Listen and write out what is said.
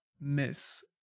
miss